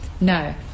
No